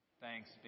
Thanks